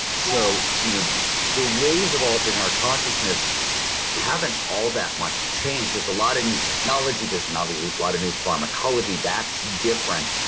so you know the ways of altering our consciousness haven't all that much changed. there's a lot of new technology, there's not a lot of new pharmacology, that's different.